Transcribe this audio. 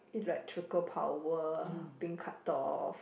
electrical power being cut off